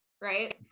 right